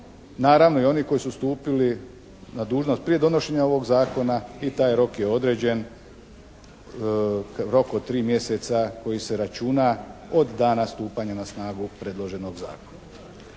naravno i oni koji su stupili na dužnost prije donošenja ovog zakona i taj rok je određen, rok od tri mjeseca koji se računa od dana stupanja na snagu predloženog zakona.